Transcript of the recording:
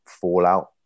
fallout